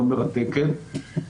מאוד מרתקת.